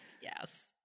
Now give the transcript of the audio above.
Yes